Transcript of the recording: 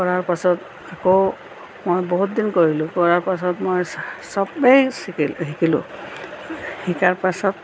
কৰাৰ পাছত আকৌ মই বহুত দিন কৰিলো কৰাৰ পাছত মই চবেই হি শিকিলো শিকাৰ পাছত